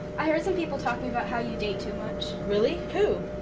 i heard some people talking about how you date too much. really, who?